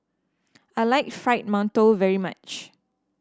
I like Fried Mantou very much